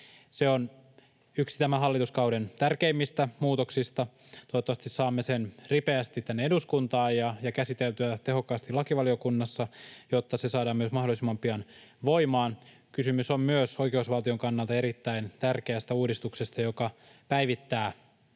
se on yksi tämän hallituskauden tärkeimmistä muutoksista. Toivottavasti saamme sen ripeästi tänne eduskuntaan ja käsiteltyä tehokkaasti lakivaliokunnassa, jotta se saadaan myös mahdollisimman pian voimaan. Kysymys on myös oikeusvaltion kannalta erittäin tärkeästä uudistuksesta, joka päivittää